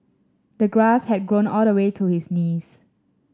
the grass had grown all the way to his knees